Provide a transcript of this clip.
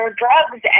drugs